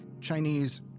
Chinese